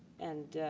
and